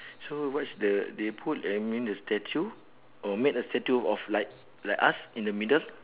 so what's the they put eh I mean the statue or make a statue of like like us in the middle